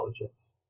intelligence